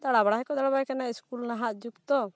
ᱫᱟᱬᱟ ᱵᱟᱲᱟ ᱦᱚᱸᱠᱚ ᱫᱟᱬᱟ ᱵᱟᱲᱟᱭ ᱠᱟᱱᱟ ᱤᱥᱠᱩᱞ ᱱᱟᱦᱟᱜ ᱡᱩᱜᱽ ᱛᱚ